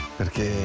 perché